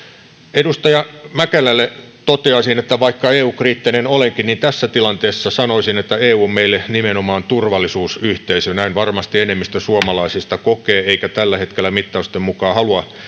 edustaja mäkelälle toteaisin että vaikka eu kriittinen olenkin niin tässä tilanteessa sanoisin että eu on meille nimenomaan turvallisuusyhteisö näin varmasti enemmistö suomalaisista kokee eikä tällä hetkellä mittausten mukaan halua